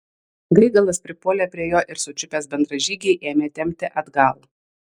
gaigalas pripuolė prie jo ir sučiupęs bendražygį ėmė tempti atgal